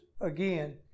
again